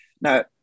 Now